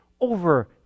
over